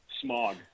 smog